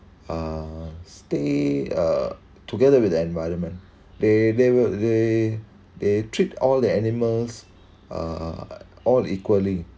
uh stay uh together with the environment they they will they they treat all the animals uh all equally